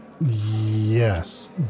Yes